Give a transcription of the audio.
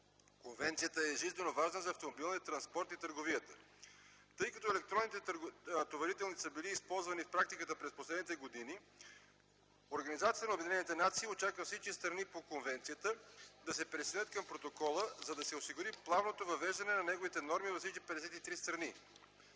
Конвенцията е жизненоважна за автомобилния транспорт и търговията. Тъй като електронни товарителници са били използвани в практиката през последните години, Организацията на обединените нации очаква всички страни по конвенцията да се присъединят към протокола, за да се осигури плавното въвеждане на неговите норми във всички 53 страни.